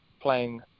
playing